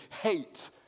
hate